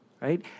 right